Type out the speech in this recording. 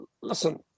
listen